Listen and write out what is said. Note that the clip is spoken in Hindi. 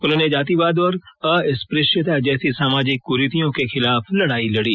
उन्होंने जातिवाद और अस्पृश्यता जैसी सामाजिक कुरीतियों के खिलाफ लडाई लडी